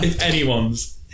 anyone's